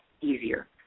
easier